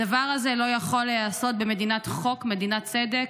הדבר הזה לא יכול להיעשות במדינת חוק, מדינת צדק.